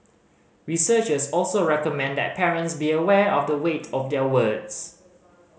researchers also recommend that parents be aware of the weight of their words